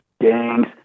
gangs